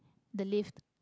the lift